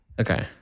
okay